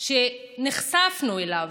שנחשפנו אליו,